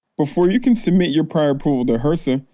before you can submit your prior approval to hrsa,